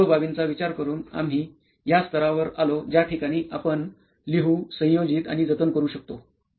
या सर्व बाबींचा विचार करून आम्ही या वस्तूवर आलो ज्या ठिकाणी आपण लिहू संयोजित आणि जतन करू शकतो